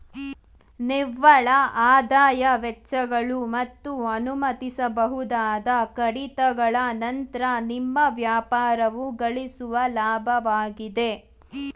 ನಿವ್ವಳಆದಾಯ ವೆಚ್ಚಗಳು ಮತ್ತು ಅನುಮತಿಸಬಹುದಾದ ಕಡಿತಗಳ ನಂತ್ರ ನಿಮ್ಮ ವ್ಯಾಪಾರವು ಗಳಿಸುವ ಲಾಭವಾಗಿದೆ